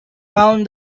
found